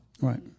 Right